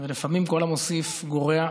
ולפעמים כל המוסיף גורע.